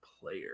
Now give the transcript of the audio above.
player